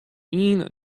ien